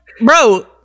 bro